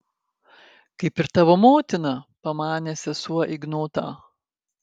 kaip ir tavo motina pamanė sesuo ignotą